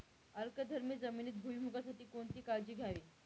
अल्कधर्मी जमिनीत भुईमूगासाठी कोणती काळजी घ्यावी?